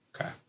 Okay